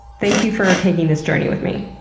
thank you for taking this journey with me.